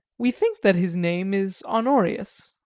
we think that his name is honorius.